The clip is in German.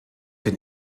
den